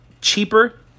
cheaper